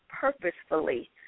purposefully